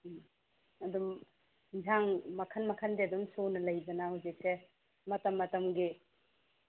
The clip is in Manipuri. ꯎꯝ ꯑꯗꯨꯝ ꯑꯦꯟꯁꯥꯡ ꯃꯈꯜ ꯃꯈꯜꯁꯦ ꯑꯗꯨꯝ ꯁꯨꯅ ꯂꯩꯗꯅ ꯍꯧꯖꯤꯛꯁꯦ ꯃꯇꯝ ꯃꯇꯝꯒꯤ